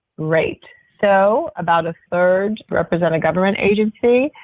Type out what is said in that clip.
great, so about a third represent a government agency.